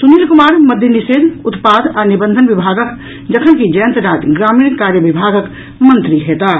सुनील कुमार मद्य निषेध उत्पाद आ निबंधन विभागक जखनकि जयंत राज ग्रामीण कार्य विभागक मंत्री होयताह